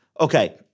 Okay